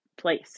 place